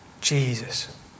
Jesus